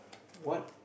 what